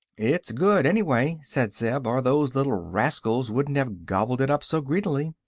it's good, anyway, said zeb, or those little rascals wouldn't have gobbled it up so greedily.